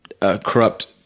corrupt